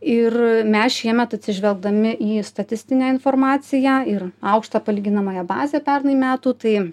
ir mes šiemet atsižvelgdami į statistinę informaciją ir aukštą palyginamąją bazę pernai metų tai